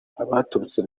abaturutse